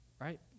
right